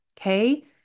Okay